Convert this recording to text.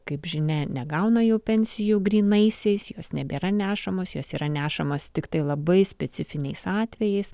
kaip žinia negauna jau pensijų grynaisiais jos nebėra nešamos jos yra nešamos tiktai labai specifiniais atvejais